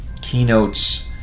keynotes